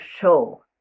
show